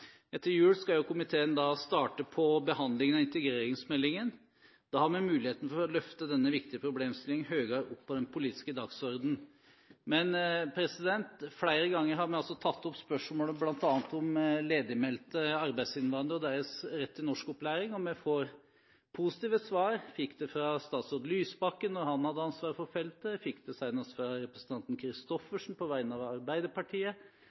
Etter jul skal komiteen starte på behandlingen av integreringsmeldingen. Da har vi muligheten til å løfte denne viktige problemstillingen høyere opp på den politiske dagsordenen. Flere ganger har vi tatt opp spørsmål om bl.a. ledigmeldte arbeidsinnvandrere og deres rett til norskopplæring. Vi får positive svar. Vi fikk det fra statsråd Lysbakken da han hadde ansvaret for feltet. Jeg fikk det senest fra representanten Christoffersen på vegne av Arbeiderpartiet,